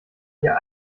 hier